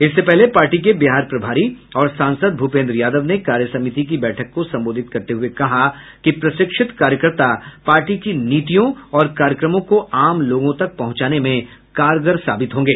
इससे पहले पार्टी के बिहार प्रभारी और सांसद भूपेन्द्र यादव ने कार्य समिति की बैठक को संबोधित करते हुए कहा कि प्रशिक्षित कार्यकर्ता पार्टी की नीतियों और कार्यक्रमों को आम लोगों तक पहुंचाने में कारगर साबित होंगे